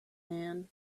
man